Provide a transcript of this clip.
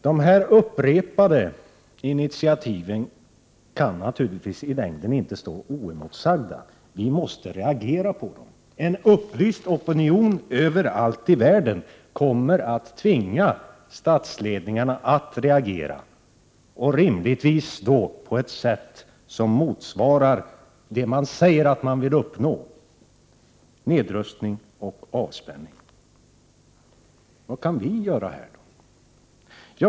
Dessa upprepade initiativ kan naturligtvis inte i längden stå oemotsagda. Vi måste reagera på dem. En upplyst opinion överallt i världen kommer att tvinga statsledningarna att reagera, och då rimligtvis på ett sätt som svarar mot det man säger sig vilja uppnå, nämligen nedrustning och avspänning. Vad kan vi göra i Sverige?